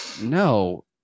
No